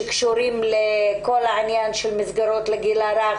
שקשורים למסגרות לגיל הרך